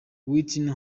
whitney